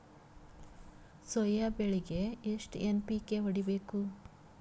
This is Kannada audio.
ಸೊಯಾ ಬೆಳಿಗಿ ಎಷ್ಟು ಎನ್.ಪಿ.ಕೆ ಹೊಡಿಬೇಕು?